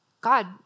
God